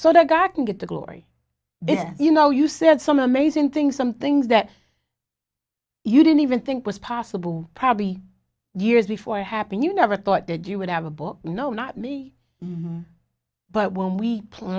so that guy can get the glory then you know you said some amazing things some things that you didn't even think was possible probably years before happen you never thought that you would have a book no not me but when we pla